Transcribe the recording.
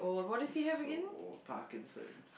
he's so old Parkinson's